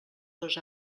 dos